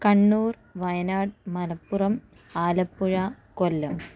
Kannur Wayanad Malappuram Alappuzha Kollam